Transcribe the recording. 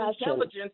intelligence